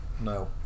No